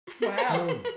Wow